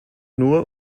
nur